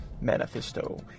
manifesto